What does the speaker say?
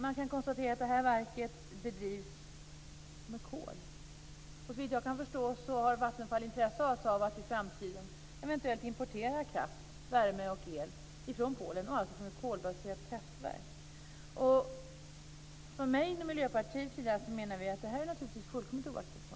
Man kan konstatera att det här verket bedrivs med kol. Såvitt jag kan förstå har Vattenfall intresse av att i framtiden eventuellt importera kraft, värme och el från Polen, från ett kolbaserat kraftverk. Från min och Miljöpartiets sida menar vi att det här är naturligtvis fullkomligt oacceptabelt.